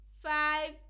five